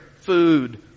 food